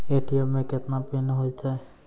ATM मे कितने pin होता हैं?